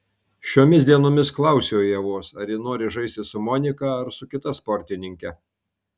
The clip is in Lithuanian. šiomis dienomis klausiau ievos ar ji nori žaisti su monika ar su kita sportininke